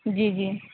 جی جی